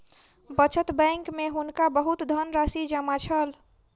बचत बैंक में हुनका बहुत धनराशि जमा छल